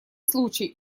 случай